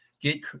get